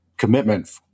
commitment